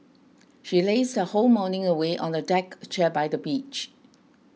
she lazed her whole morning away on a deck chair by the beach